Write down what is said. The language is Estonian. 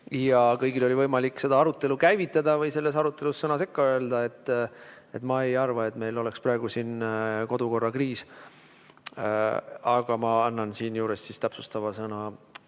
ja kõigil oli võimalik seda arutelu käivitada või selles arutelus sõna sekka öelda. Ma ei arva, et meil on praegu kodukorrakriis. Aga ma annan täpsustava sõna